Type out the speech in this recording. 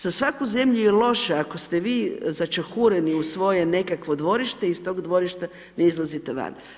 Za svaku zemlju je loše ako ste vi začahureni u svoje nekakvo dvorište i iz tog dvorišta ne izlazite van.